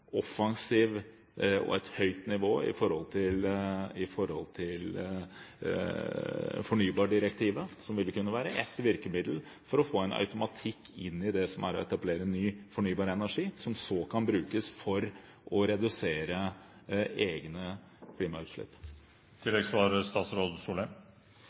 høyt nivå i forhold til fornybardirektivet, som ville være ett virkemiddel for å få en automatikk inn i det å etablere ny fornybar energi, som så kan brukes for å redusere egne